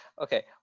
Okay